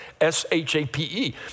S-H-A-P-E